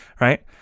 Right